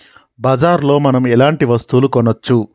బజార్ లో మనం ఎలాంటి వస్తువులు కొనచ్చు?